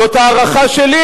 אבל זה לא נכון,